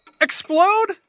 explode